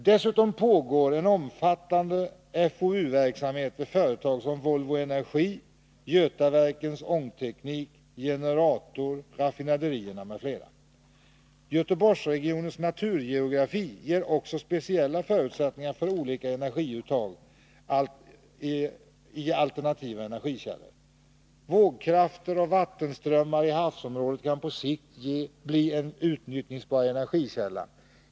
Dessutom pågår en omfattande FoU-verksamhet vid företag som Volvo Energi, Götaverkens Ångteknik, Generator, raffinaderierna m.fl. Göteborgsregionens naturgeografi innebär också speciella förutsättningar för olika energiuttag, alternativa energikällor. Vågkrafter och vattenströmmari havsområdet kan på sikt bli en utnyttjbar energikälla.